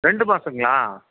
ரெண்டு மாதங்களா